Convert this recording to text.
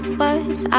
words